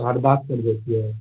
हर बार खरीदय छियै